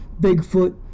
Bigfoot